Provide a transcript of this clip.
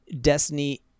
Destiny